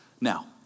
Now